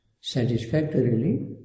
satisfactorily